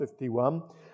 51